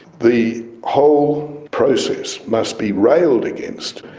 the whole process must be railed against.